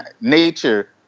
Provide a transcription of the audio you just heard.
nature